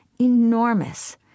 enormous